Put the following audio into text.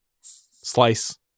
Slice